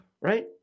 right